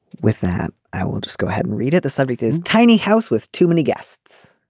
with that i will just go ahead and read it. the subject is tiny house with too many guests.